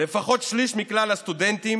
לפחות שליש מכלל הסטודנטים